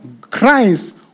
Christ